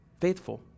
faithful